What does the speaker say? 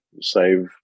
save